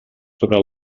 sobre